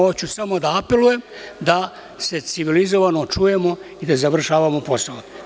Hoću samo da apelujem da se civilizovano čujemo i da završavamo posao.